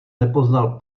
nepoznal